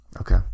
Okay